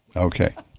okay.